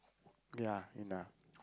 ya enough